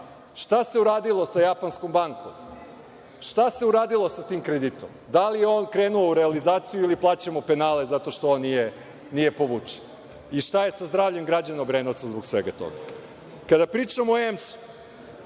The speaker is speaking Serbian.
Šta se uradilo sa Japanskom bankom? Šta se uradilo sa tim kreditom? Da li je on krenuo u realizaciju ili plaćamo penale zato što on nije povučen. Šta je sa zdravljem građana Obrenovca zbog svega toga? Kada pričamo o EMS,